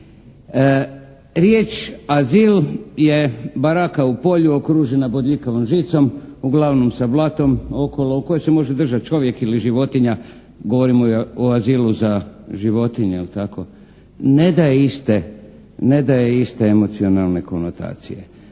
Riječ azil je baraka u polju okružena bodljikavom žicom uglavnom sa blatom okolo u kojoj se može držati čovjek ili životinja. Govorimo o azilu za životinje jel tako. Ne daje iste emocionalne konotacije.